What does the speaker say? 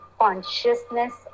consciousness